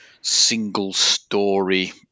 single-story